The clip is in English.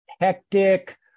hectic